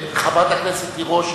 חברת הכנסת תירוש,